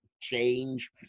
change